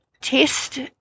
test